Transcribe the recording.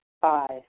Five